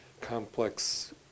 complex